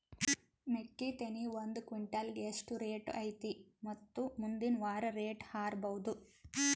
ಮೆಕ್ಕಿ ತೆನಿ ಒಂದು ಕ್ವಿಂಟಾಲ್ ಗೆ ಎಷ್ಟು ರೇಟು ಐತಿ ಮತ್ತು ಮುಂದಿನ ವಾರ ರೇಟ್ ಹಾರಬಹುದ?